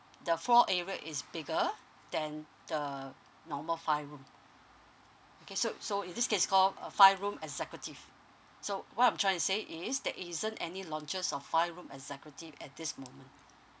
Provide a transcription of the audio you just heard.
the floor area is bigger than the normal five room okay so so in this case call a five room executive so what I'm trying to say is there isn't any launches of five room executive at this moment